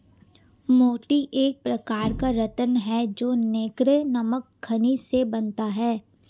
मोती एक प्रकार का रत्न है जो नैक्रे नामक खनिज से बनता है